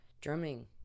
drumming